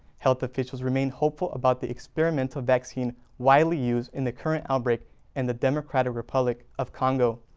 health officials remain hopeful about the experimental vaccine widely used in the current outbreak and the democratic republic of congo.